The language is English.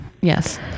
yes